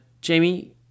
Jamie